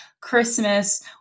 Christmas